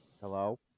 Hello